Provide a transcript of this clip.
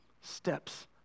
steps